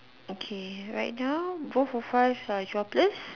okay right now both of us are jobless